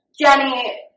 Jenny